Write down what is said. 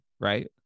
right